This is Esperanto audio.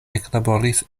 eklaboris